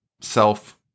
self